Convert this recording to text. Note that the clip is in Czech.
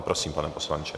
Prosím, pan poslanče.